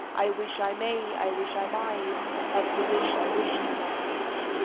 i wish i may, i wish i might have the wish i wish to-night.